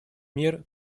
мер